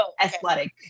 athletic